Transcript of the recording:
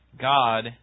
God